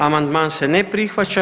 Amandman se ne prihvaća.